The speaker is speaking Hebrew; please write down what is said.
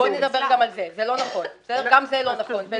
בואי נדבר על זה, גם זה לא מדויק.